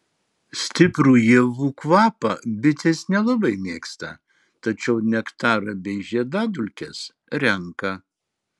stiprų ievų kvapą bitės nelabai mėgsta tačiau nektarą bei žiedadulkes renka